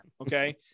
okay